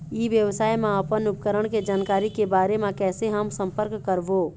ई व्यवसाय मा अपन उपकरण के जानकारी के बारे मा कैसे हम संपर्क करवो?